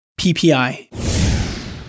PPI